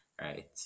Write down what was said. right